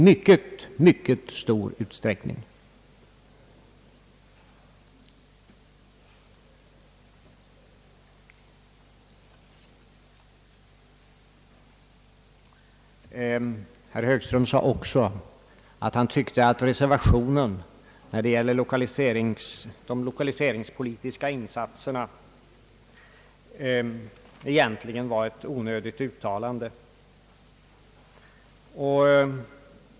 Herr Högström sade vidare att han tyckte att reservationen, vad gällde de lokaliseringspolitiska insatserna, egentligen var ett onödigt uttalande.